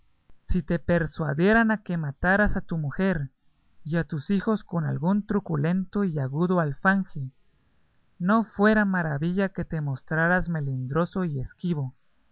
si te persuadieran a que mataras a tu mujer y a tus hijos con algún truculento y agudo alfanje no fuera maravilla que te mostraras melindroso y esquivo